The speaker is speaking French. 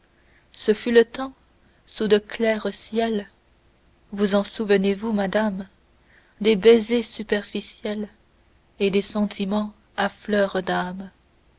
ce fut le temps sous de clairs ciels vous en souvenez-vous madame des baisers superficiels et des sentiments à fleur d'âme